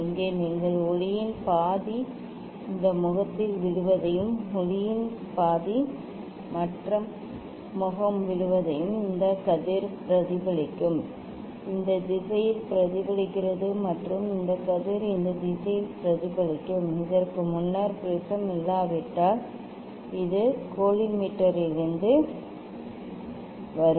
இங்கே நீங்கள் ஒளியின் பாதி இந்த முகத்தில் விழுவதையும் ஒளியின் பாதி மற்ற முகம் விழுவதையும் இந்த கதிர் பிரதிபலிக்கும் இந்த திசையில் பிரதிபலிக்கிறது மற்றும் இந்த கதிர் இந்த திசையில் பிரதிபலிக்கும் இதற்கு முன்னர் ப்ரிஸம் இல்லாவிட்டால் இது கோலிமேட்டரிலிருந்து வரும்